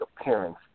appearance